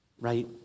right